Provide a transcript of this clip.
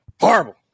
Horrible